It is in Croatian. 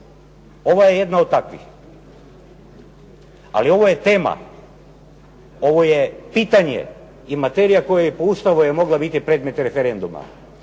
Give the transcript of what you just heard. Ovo je jedna od takvih. Ali ovo je teme, ovo je pitanje i materija koja je po Ustavu mogla vidjeti predmet referenduma.